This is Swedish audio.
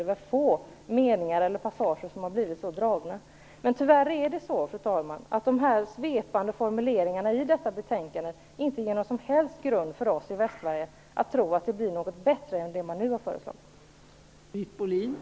Det är få meningar som har blivit så genomgångna. Tyvärr ger inte de svepande formuleringarna i detta betänkande någon som helst grund för oss i Västsverige att tro att det blir någonting bättre än det som nu har föreslagits.